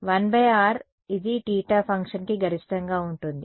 1r ఇది θ ఫంక్షన్కి గరిష్టంగా ఉంటుంది